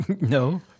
No